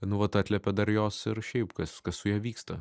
nu vat atliepia dar jos ir šiaip kas su ja vyksta